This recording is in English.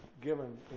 given